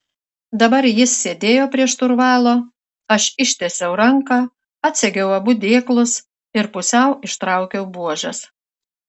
dabar jis sėdėjo prie šturvalo aš ištiesiau ranką atsegiau abu dėklus ir pusiau ištraukiau buožes